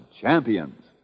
champions